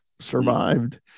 survived